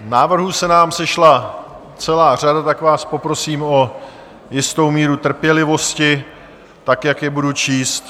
Návrhů se nám sešla celá řada, tak vás poprosím o jistou míru trpělivosti, tak jak je budu číst.